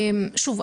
שוב,